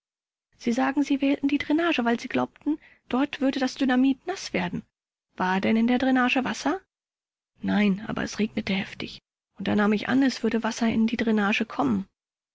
sie sagen sie wählten die dränage weil sie glaubten dort würde das dynamit naß werden war denn in der dränage wasser k nein aber es regnete heftig und da nahm ich an es würde wasser in die dränage kommen